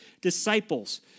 disciples